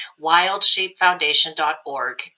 wildsheepfoundation.org